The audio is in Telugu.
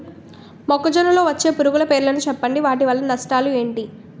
మొక్కజొన్న లో వచ్చే పురుగుల పేర్లను చెప్పండి? వాటి వల్ల నష్టాలు ఎంటి?